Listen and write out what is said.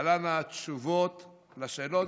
להלן התשובות על השאלות,